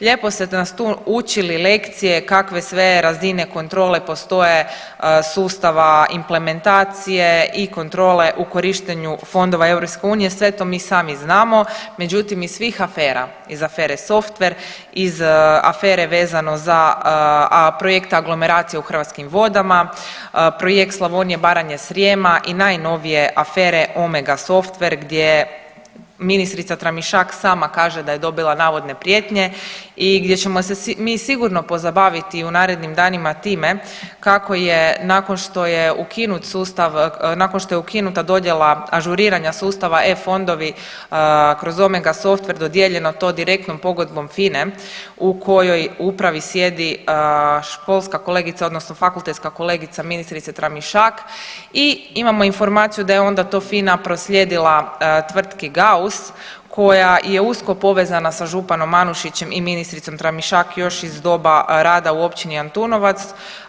Lijepo ste nas tu učili lekcije kakve sve razine kontrole postoje sustava, implementacije i kontrole u korištenju fondova EU, sve to mi sami znamo, međutim iz svih afera, iz afere softver, iz afere vezano za Projekt aglomeracije u Hrvatskim vodama, Projekt Slavonija, Baranje i Srijema i najnovije afere Omega softver gdje ministrica Tramišak sama kaže da je dobila navodne prijetnje i gdje ćemo se mi sigurno pozabaviti u narednim danima time kako je nakon što je ukinut sustav, nakon što je ukinuta dodjela ažuriranja sustava e-fondovi kroz Omega softver dodijeljeno to direktnom pogodbom FINA-om u kojoj upravi sjedi školska kolegica odnosno fakultetska kolegica ministrice Tramišak i imamo informaciju da je onda to FINA proslijedila tvrtki GAUS koja je usko povezana sa županom Anušićem i ministricom Tramišak još u doba rada u Općini Antunovac.